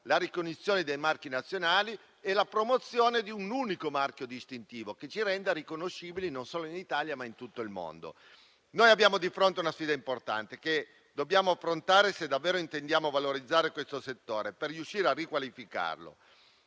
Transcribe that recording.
la ricognizione dei marchi nazionali e la promozione di un unico marchio distintivo, che ci renda riconoscibili non solo in Italia, ma in tutto il mondo. Noi abbiamo di fronte una sfida importante che dobbiamo affrontare se davvero intendiamo valorizzare questo settore per riuscire a riqualificarlo.